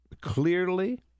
clearly